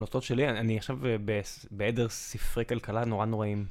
נוסעות שלי אני עכשיו בעדר ספרי כלכלה נורא נוראים